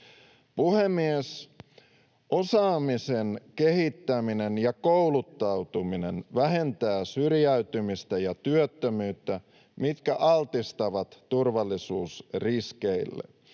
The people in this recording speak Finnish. Puhemies! Osaamisen kehittäminen ja kouluttautuminen vähentää syrjäytymistä ja työttömyyttä, mitkä altistavat turvallisuusriskeille.